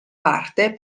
parte